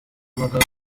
amagambo